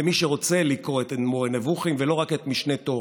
למי שרוצה לקרוא את מורה נבוכים ולא רק את משנה תורה?